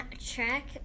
track